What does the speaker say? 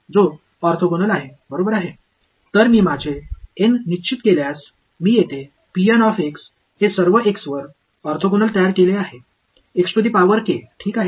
எனவே நான் N ஐ சரிசெய்தால் நான் எல்லா x க்கும் ஆர்த்தோகனலை இங்கு உருவாக்கியுள்ளேன் சரிதானே